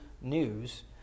news